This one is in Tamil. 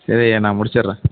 சரிய்யா நான் முடிச்சிடுறேன்